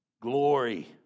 Glory